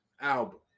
album